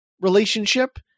relationship